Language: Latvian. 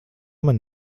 mani